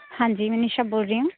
ਹਾਂਜੀ ਮੈਂ ਨਿਸ਼ਾ ਬੋਲ ਰਹੀ ਹਾਂ